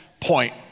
point